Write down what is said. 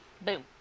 boom